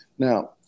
Now